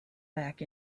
back